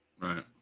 right